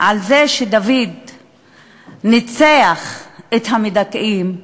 על זה שדוד ניצח את המדכאים,